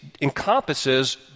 encompasses